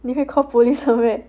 legit meh 你可以 called police 的 meh